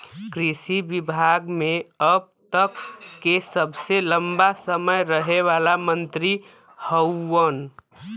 कृषि विभाग मे अब तक के सबसे लंबा समय रहे वाला मंत्री हउवन